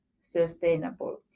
sustainable